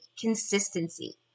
consistency